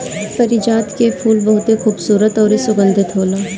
पारिजात के फूल बहुते खुबसूरत अउरी सुगंधित होला